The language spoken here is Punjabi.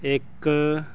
ਇੱਕ